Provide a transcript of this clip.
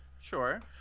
sure